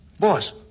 Boss